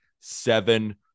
seven